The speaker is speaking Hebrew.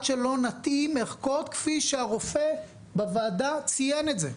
שלא נתאים ערכות כפי שהרופא בוועדה ציין את זה.